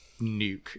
nuke